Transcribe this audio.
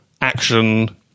action